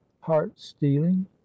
heart-stealing